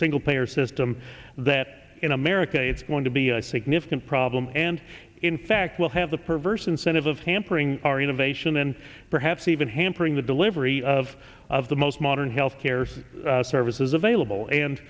single payer system that in america it's going to be a significant problem and in fact will have the perverse incentive of hampering our innovation and perhaps even hampering the delivery of of the most modern health care services available and